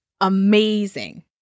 amazing